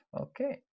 okay